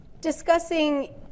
Discussing